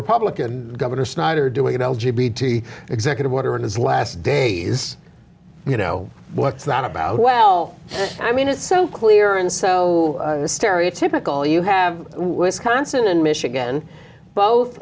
republican governor snyder doing it all g b t executive order in his last days you know what's not about well i mean it's ok clear and so stereotypical you have wisconsin and michigan both